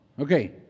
Okay